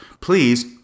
Please